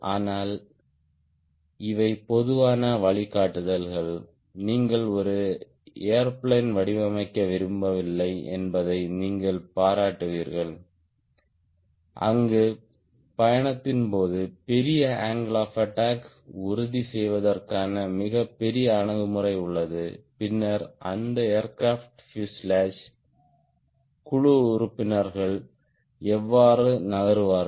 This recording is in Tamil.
ஆனால் இவை பொதுவான வழிகாட்டுதல்கள் நீங்கள் ஒரு ஏர்பிளேன் வடிவமைக்க விரும்பவில்லை என்பதை நீங்கள் பாராட்டுவீர்கள் அங்கு பயணத்தின் போது பெரிய அங்கிள் ஆப் அட்டாக் உறுதி செய்வதற்கான மிகப்பெரிய அணுகுமுறை உள்ளது பின்னர் அந்த ஏர்கிராப்ட் பியூசேலாஜ் குழு உறுப்பினர்கள் எவ்வாறு நகருவார்கள்